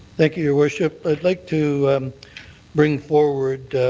thank you, your worship. i'd like to bring forward